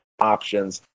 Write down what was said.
options